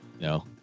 No